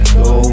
go